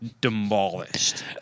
demolished